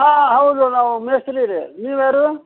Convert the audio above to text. ಹಾಂ ಹೌದು ನಾವು ಮೇಸ್ತ್ರಿ ರೀ ನೀವು ಯಾರು